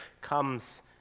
comes